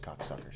cocksuckers